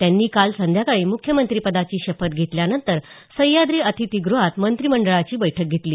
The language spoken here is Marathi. त्यांनी काल संध्याकाळी मुख्यमंत्रपदाची शपथ घेतल्यानंतर सह्याद्री अतिथीगृहात मंत्रिमंडळाची बैठक घेतली